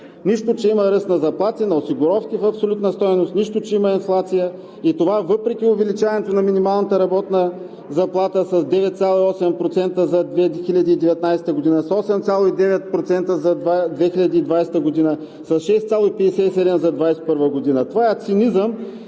Нищо, че има ръст на заплати, на осигуровки в абсолютна стойност, нищо, че има инфлация и това е въпреки увеличаването на минималната работна заплата с 9,8% за 2019 г., с 8,9% за 2020 г., с 6,57% за 2021 г. Това е цинизъм,